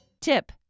Tip